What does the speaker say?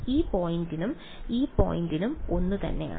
ഈ പോയിന്റും ഈ പോയിന്റും ഒന്നുതന്നെയാണ്